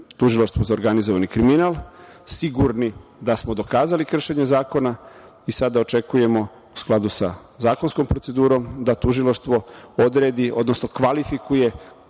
Tužilaštvu za organizovani kriminal, sigurni da smo dokazali kršenje zakona i sada očekujemo, u skladu sa zakonskom procedurom, da Tužilaštvo odredi, odnosno kvalifikuje